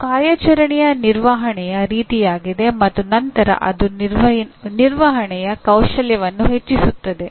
ಇದು ಕಾರ್ಯಾಚರಣೆಯ ನಿರ್ವಹಣೆಯ ರೀತಿಯಾಗಿದೆ ಮತ್ತು ನಂತರ ಅದು ನಿಮ್ಮ ನಿರ್ವಹಣೆಯ ಕೌಶಲ್ಯವನ್ನು ಹೆಚ್ಚಿಸುತ್ತದೆ